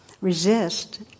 Resist